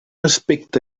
aspecte